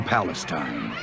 Palestine